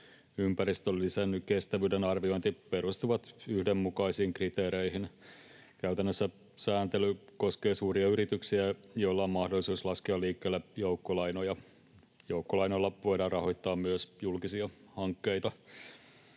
ympäristöllisen kestävyyden arviointi perustuvat yhdenmukaisiin kriteereihin. Käytännössä sääntely koskee suuria yrityksiä, joilla on mahdollisuus laskea liikkeelle joukkolainoja. Joukkolainoilla voidaan rahoittaa myös julkisia hankkeita.